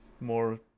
more